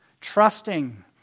Trusting